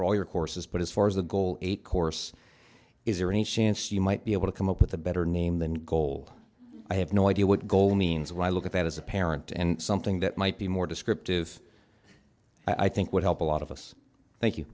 for all your courses but as far as the goal eight course is there any chance you might be able to come up with a better name than gold i have no idea what gold means when i look at that as a parent and something that might be more descriptive i think would help a lot of